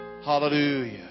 Hallelujah